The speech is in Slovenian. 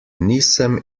nisem